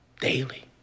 daily